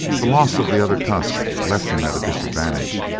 the loss of the other tusk left him at a disadvantage,